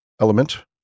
element